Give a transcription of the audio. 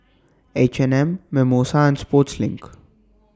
H and M Mimosa and Sportslink